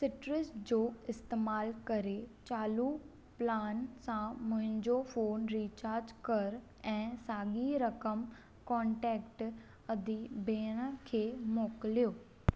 citrus जो इस्तेमाल करे चालू प्लान सां मुंहिंजो फ़ोन रीचार्जं कर ऐं साॻे ई रक़म कॉन्टेक्ट अदी भेण खे मोकिलियो